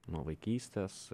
nuo vaikystės